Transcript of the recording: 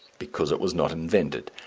because it was not invented.